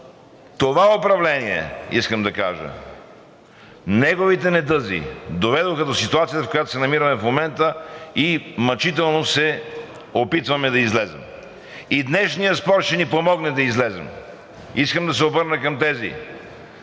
Това управление, искам да кажа – неговите недъзи, доведоха до ситуацията, в която се намираме в момента и мъчително се опитваме да излезем. И днешният спор ще ни помогне да излезем. Искам да се обърна към онези,